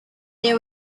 they